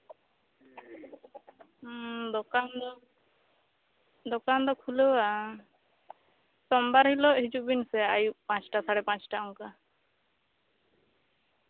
ᱫᱚᱠᱟᱱ ᱫᱚᱠᱟᱱ ᱫᱚ ᱠᱷᱩᱞᱟᱹᱣᱟ ᱥᱳᱢᱵᱟᱨ ᱦᱤᱞᱳᱜ ᱦᱤᱡᱩᱜ ᱵᱮᱱ ᱥᱮ ᱟᱹᱭᱩᱵ ᱯᱟᱪᱴᱟ ᱥᱟᱲᱮ ᱯᱟᱸᱪᱴᱟ ᱚᱱᱠᱟ